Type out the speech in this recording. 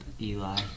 Eli